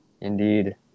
Indeed